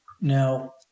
Now